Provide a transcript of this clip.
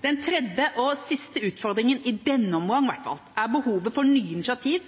Den tredje og siste utfordringen – i denne omgang i hvert fall – er behovet for nye initiativ